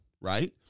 Right